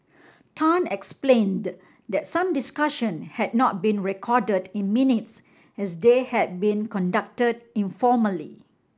Tan explained that some discussion had not been recorded in minutes as they had been conducted informally